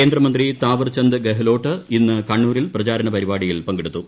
കേന്ദ്രമന്ത്രി താവർചന്ദ് ഗഹ്ലോട്ട് ഇന്ന് കണ്ണൂരിൽ പ്രചാരണ പരിപാടിയിൽ പങ്കെടുത്തു